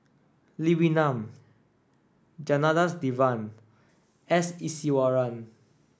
Lee Wee Nam Janadas Devan S Iswaran